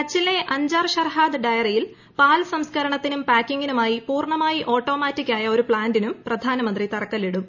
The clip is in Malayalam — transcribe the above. കച്ചിലെ അഞ്ച്മാർ ഷർഹാദ് ഡയറിയിൽ പാൽ സംസ്ക്കരണത്തിനും പൊക്കിംഗിനുമായി പൂർണ്ണമായി ഓട്ടോമാറ്റിക്കായ ഒരു സ്കാന്റിനും പ്രധാനമന്ത്രി തറക്കല്ലിടും